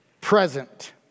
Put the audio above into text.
Present